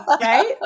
right